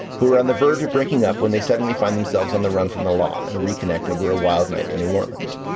who are on the verge of breaking up when they suddenly find themselves on the run from the law and reconnect over a wild night in new orleans.